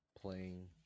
playing